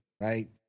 right